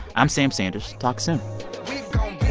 i'm sam sanders. talk soon we gon'